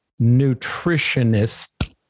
nutritionist